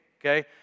okay